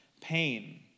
pain